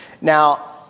Now